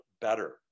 better